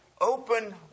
Open